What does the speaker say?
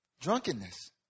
drunkenness